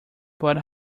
but